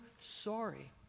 sorry